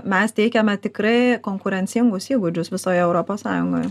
mes teikiame tikrai konkurencingus įgūdžius visoje europos sąjungoje